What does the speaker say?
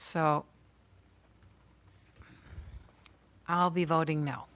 so i'll be voting no